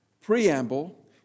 preamble